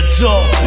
Adult